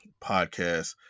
podcast